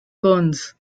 kearns